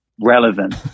relevant